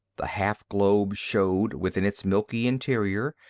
the half-globe showed, within its milky interior,